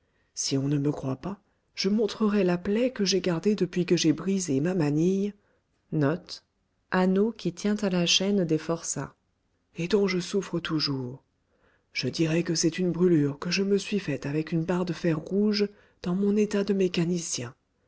si on ne me croit pas je montrerai la plaie que j'ai gardée depuis que j'ai brisé ma manille et dont je souffre toujours je dirai que c'est une brûlure que je me suis faite avec une barre de fer rouge dans mon état de mécanicien